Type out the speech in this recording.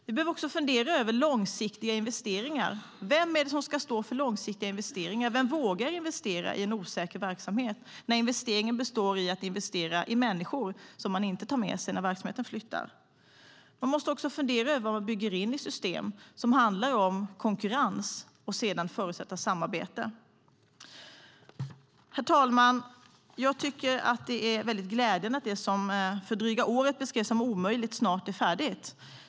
Vi behöver också fundera över långsiktiga investeringar. Vem är det som ska stå för långsiktiga investeringar? Vem vågar investera i en osäker verksamhet när investeringen består i att investera i människor som man inte tar med sig när verksamheten flyttar? Man måste också fundera över vad man bygger in i system som handlar om konkurrens och sedan förutsätta samarbete. Herr talman! Jag tycker att det är mycket glädjande att det som för drygt ett år sedan beskrevs som omöjligt snart är färdigt.